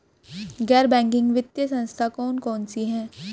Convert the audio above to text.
गैर बैंकिंग वित्तीय संस्था कौन कौन सी हैं?